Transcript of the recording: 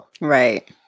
Right